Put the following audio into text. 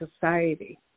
Society